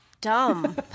dumb